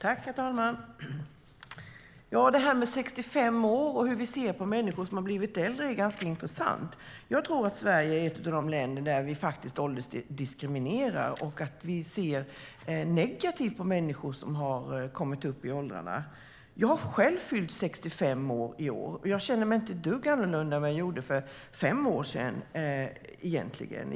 Herr talman! Det här med 65-årsåldern och hur vi ser på människor som blivit äldre är ganska intressant. Jag tror att Sverige är ett av de länder där man faktiskt åldersdiskriminerar. Vi ser negativt på människor som kommit upp i åldrarna. Jag har själv fyllt 65 år i år, och jag känner mig egentligen inte ett dugg annorlunda än jag gjorde för fem år sedan.